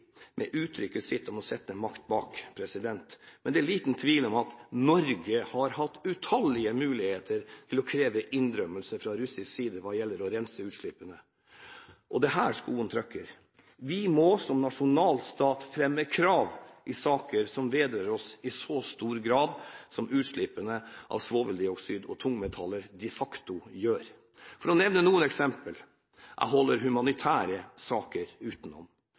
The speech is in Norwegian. med uttrykket sitt om å sette makt bak, men det er liten tvil om at Norge har hatt utallige muligheter til å kreve innrømmelser fra russisk side hva gjelder å rense utslippene. Det er her skoen trykker. Vi må som nasjonalstat fremme krav i saker som vedrører oss i så stor grad som utslippene av svoveldioksid og tungmetaller de facto gjør. For å nevne noen eksempler, og da holder jeg humanitære saker utenom: